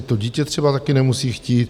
Teď to dítě třeba taky nemusí chtít.